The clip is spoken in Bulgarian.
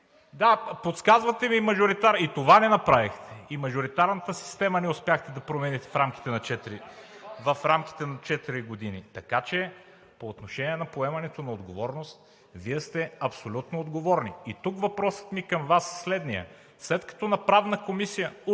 мажоритарен, и това не направихте. И мажоритарната система не успяхте да промените в рамките на четири години. Така че по отношение на поемането на отговорност, Вие сте абсолютно отговорни. И тук въпросът ми към Вас е следният: след като на Правната комисия